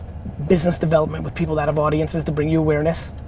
business development with people that have audiences to bring you awareness.